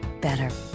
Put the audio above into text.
better